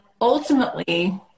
ultimately